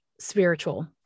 spiritual